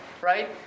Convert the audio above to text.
right